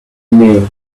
knee